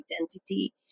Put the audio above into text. identity